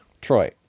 troy